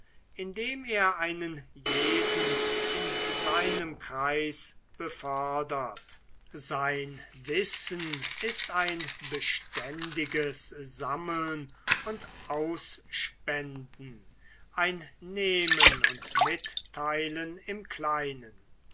indem er einen jeden in seinem kreis befördert sein wissen ist ein beständiges sammeln und ausspenden ein nehmen und mitteilen im kleinen